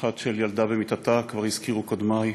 אחת של ילדה במיטתה, כבר הזכירו קודמי,